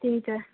त्यही त